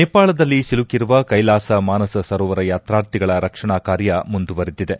ನೇಪಾಳದಲ್ಲಿ ಸಿಲುಕಿರುವ ಕ್ಷೆಲಾಸ ಮಾನಸ ಸರೋವರ ಯಾತಾರ್ಥಿಗಳ ರಕ್ಷಣಾ ಕಾರ್ಯ ಮುಂದುವರಿದಿದೆ